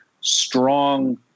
strong